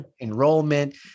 enrollment